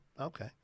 Okay